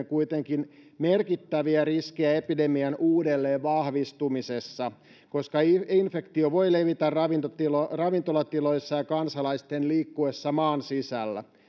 kuitenkin merkittäviä riskejä epidemian uudelleen vahvistumisesta koska infektio voi levitä ravintolatiloissa ravintolatiloissa ja kansalaisten liikkuessa maan sisällä